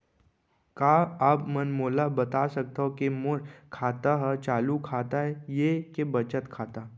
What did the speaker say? का आप मन मोला बता सकथव के मोर खाता ह चालू खाता ये के बचत खाता?